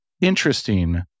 interesting